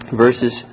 Verses